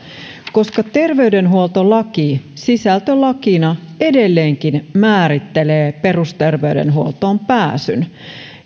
koska terveydenhuoltolaki sisältölakina edelleenkin määrittelee perusterveydenhuoltoon pääsyn